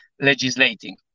legislating